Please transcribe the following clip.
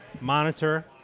monitor